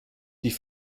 die